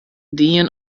dien